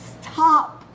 Stop